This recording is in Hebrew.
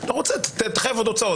אתה רוצה, תחייב עוד הוצאות.